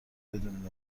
بدون